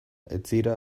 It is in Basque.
etzira